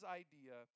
idea